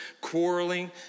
quarreling